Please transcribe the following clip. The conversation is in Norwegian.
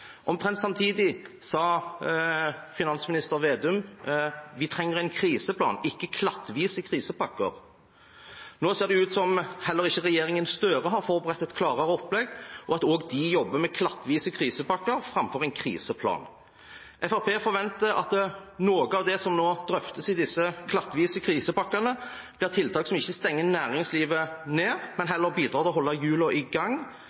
Omtrent samtidig sa nåværende finansminister Slagsvold Vedum: «Vi trenger en kriseplan, ikke klattvise krisepakker.» Nå ser det ut som at heller ikke regjeringen Støre har forberedt et klarere opplegg, og at også de jobber med klattvise krisepakker framfor en kriseplan. Fremskrittspartiet forventer at noe av dette som nå drøftes i disse klattvise krisepakkene, er tiltak som ikke stenger næringslivet ned, men heller bidrar til å holde hjulene i gang.